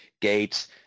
gates